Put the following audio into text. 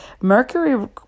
Mercury